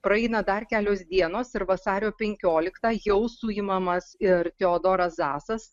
praeina dar kelios dienos ir vasario penkioliktą jau suimamas ir teodoras zasas